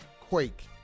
Quake